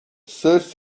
searched